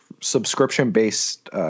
subscription-based